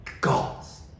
God's